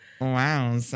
wow